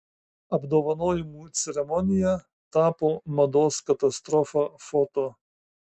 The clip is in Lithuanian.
apdovanojimų ceremonija tapo mados katastrofa foto